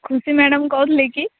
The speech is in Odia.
ଖୁସି ମ୍ୟାଡ଼ାମ୍ କହୁଥିଲେ କି